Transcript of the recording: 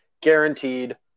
guaranteed